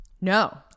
No